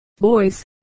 Boys